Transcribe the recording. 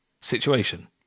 situation